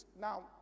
Now